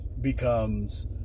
becomes